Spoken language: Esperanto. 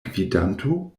gvidanto